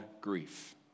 grief